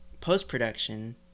post-production